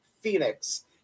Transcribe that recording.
Phoenix